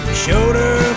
shoulder